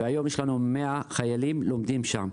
והיום יש לנו 100 חיילים שלומדים שם,